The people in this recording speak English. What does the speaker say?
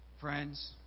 Friends